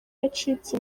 yacitse